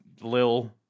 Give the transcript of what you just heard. Lil